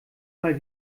mal